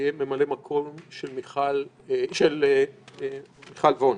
יהיה ממלא מקום של מיכל וונש.